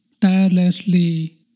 tirelessly